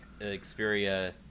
Xperia